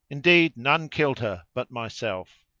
indeed none killed her but myself.